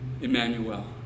Emmanuel